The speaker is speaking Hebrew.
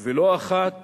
ולא אחת